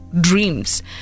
dreams